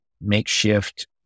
makeshift